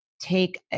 take